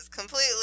completely